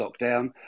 lockdown